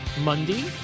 Monday